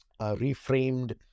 reframed